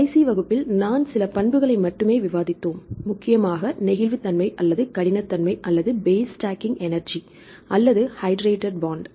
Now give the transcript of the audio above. கடைசி வகுப்பில் நாங்கள் சில பண்புகளை மட்டுமே விவாதித்தோம் முக்கியமாக நெகிழ்வுத்தன்மை அல்லதுகடினத்தன்மை அல்லது பேஸ் ஸ்டாக்கிங் எனர்ஜி அல்லது ஹைட்ரடேட் பாண்ட்